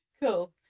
Cool